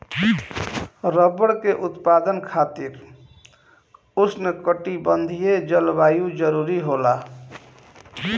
rubber के उत्पादन खातिर उष्णकटिबंधीय जलवायु जरुरी होला